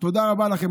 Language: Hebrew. תודה רבה לכם.